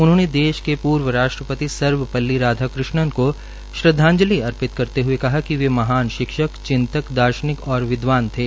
उन्होंने भारत के पूर्व राष्ट्रपति सर्वपल्ली राधाकृष्णन को श्रद्घांजलि अर्पित करते हए कहा कि वे महान शिक्षक चिन्तक दार्शनिक और विदवान थे